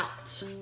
out